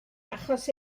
achos